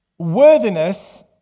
Worthiness